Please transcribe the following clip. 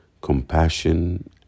Compassion